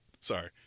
Sorry